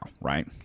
right